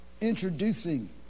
Introducing